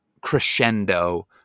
crescendo